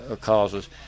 causes